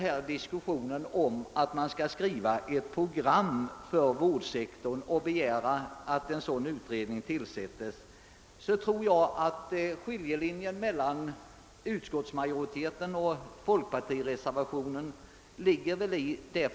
I reservationen 1 krävs att en utredning skall tillsättas för att utforma ett program för vårdsektorn.